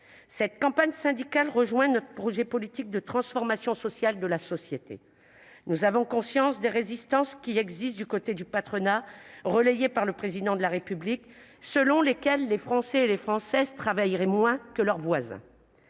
Cette campagne syndicale rejoint notre projet politique de transformation sociale de la société. Nous avons conscience des résistances qui existent du côté du patronat, relayées par le Président de la République : les Françaises et les Français, selon eux, travailleraient moins que leurs voisins.